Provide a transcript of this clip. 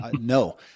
no